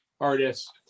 artist